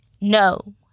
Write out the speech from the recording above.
no